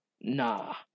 Nah